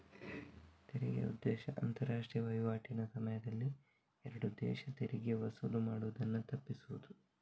ತೆರಿಗೆಯ ಉದ್ದೇಶ ಅಂತಾರಾಷ್ಟ್ರೀಯ ವೈವಾಟಿನ ಸಮಯದಲ್ಲಿ ಎರಡು ದೇಶ ತೆರಿಗೆ ವಸೂಲು ಮಾಡುದನ್ನ ತಪ್ಪಿಸುದು